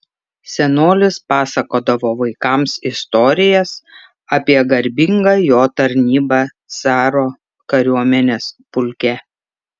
senolis pasakodavo vaikams istorijas apie garbingą jo tarnybą caro kariuomenės pulke